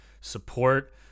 support